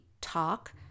talk